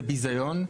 זה ביזיון,